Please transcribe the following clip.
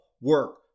work